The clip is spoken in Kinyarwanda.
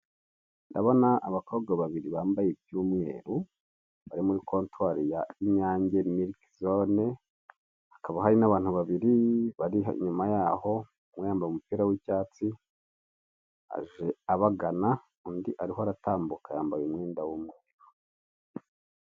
Ndabona abakobwa babiri bambye iby'umweru bari muri kontwari ya inyange miliki zone, hakaba hari n'abantu babiri bari inyuma yaho, umwe yambaye umupira w'icyatsi aje abagana, undi ariho aratambuka yambaye umupira w'umweru.